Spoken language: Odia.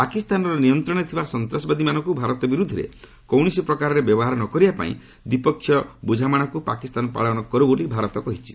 ପାକିସ୍ତାନର ନିୟନ୍ତ୍ରଣରେ ଥିବା ସନ୍ତାସବାଦୀମାନଙ୍କୁ ଭାରତ ବିରୁଦ୍ଧରେ କୌଣସି ପ୍ରକାରେ ବ୍ୟବହାର ନ କରିବା ପାଇଁ ଦ୍ୱିପକ୍ଷିୟ ବୁଝାମଣାକୁ ପାକିସ୍ତାନ ପାଳନ କରୁ ବୋଲି ଭାରତ କହିଛି